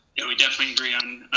you know we definitely agree on